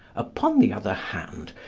upon the other hand,